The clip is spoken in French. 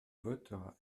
votera